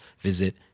visit